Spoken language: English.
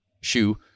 shoe